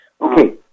Okay